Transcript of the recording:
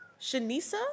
Shanisa